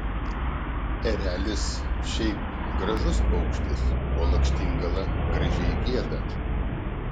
erelis šiaip gražus paukštis o lakštingala gražiai gieda